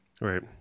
Right